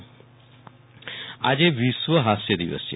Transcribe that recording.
વિરલ રાણા વિશ્વ હાસ્ય દિવસ આજે વિશ્વ હાસ્ય દિવસ છે